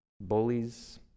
bullies